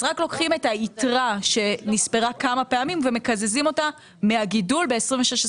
רק לוקחים את היתרה שנספרה כמה פעמים ומקזזים אותה מהגידול ב-2027-2026.